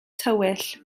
tywyll